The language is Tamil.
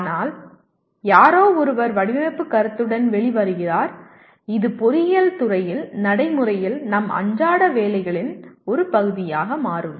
ஆனால் யாரோ ஒருவர் வடிவமைப்பு கருத்துடன் வெளி வருகிறார் இது பொறியியல் துறையில் நடைமுறையில் நம் அன்றாட வேலைகளின் ஒரு பகுதியாக மாறும்